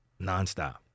nonstop